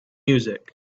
music